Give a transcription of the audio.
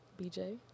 BJ